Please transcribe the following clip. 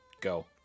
go